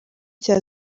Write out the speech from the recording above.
cya